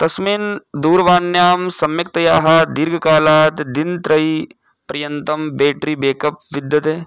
तस्मिन् दूरवाण्यां सम्यक्तया दीर्घकालात् दिनत्रयपर्यन्तं बेट्री बेक् अप् विद्यते